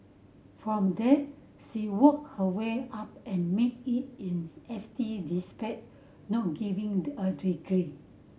from there she worked her way up and made it in S T despite no giving a degree